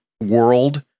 world